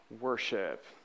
worship